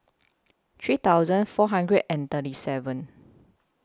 three thousand four hundred and thirty seven